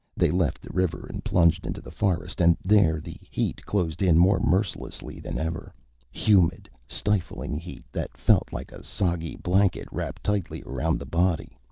they left the river and plunged into the forest and there the heat closed in more mercilessly than ever humid, stifling heat that felt like a soggy blanket wrapped tightly round the body.